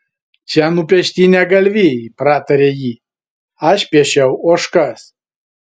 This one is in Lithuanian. čia nupiešti ne galvijai pratarė ji aš piešiau ožkas